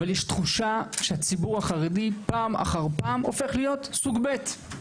אבל יש תחושה שהציבור החרדי פעם אחר פעם הופך להיות סוג ב'.